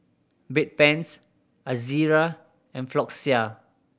Bedpans Ezerra and Floxia